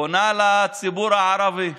ופונה לציבור הערבי.